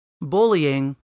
Bullying